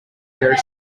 your